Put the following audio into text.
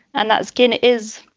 and that skin is.